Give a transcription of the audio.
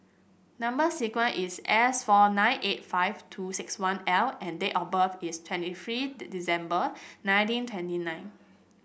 number sequence is S four nine eight five two six one L and date of birth is twenty three December nineteen twenty nine